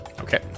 Okay